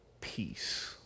peace